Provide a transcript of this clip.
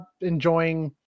enjoying